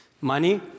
Money